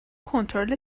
کنترل